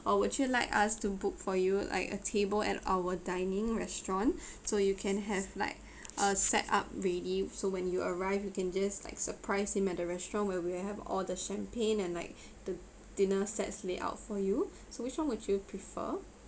or would you like us to book for you like a table at our dining restaurant so you can have like uh set up ready so when you arrive we can just like surprise him at the restaurant where we have all the champagne and like the dinner sets layout for you so which one would you prefer